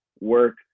work